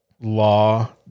law